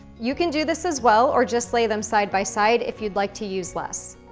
you can do this as well, or just lay them side by side if you'd like to use less.